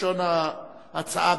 כלשון ההצעה,